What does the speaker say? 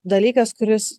dalykas kuris